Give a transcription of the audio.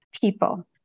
People